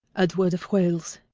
edward of wales,